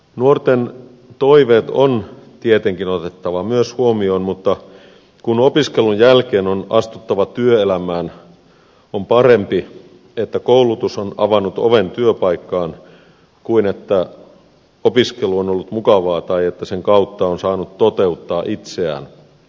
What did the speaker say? nuorten toiveet on tietenkin otettava myös huomioon mutta kun opiskelun jälkeen on astuttava työelämään on parempi että koulutus on avannut oven työpaikkaan kuin että opiskelu on ollut mukavaa tai että sen kautta on saanut toteuttaa itseään